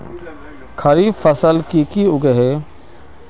खरीफ फसल की की उगैहे?